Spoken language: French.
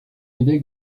évêque